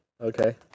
Okay